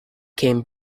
came